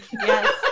Yes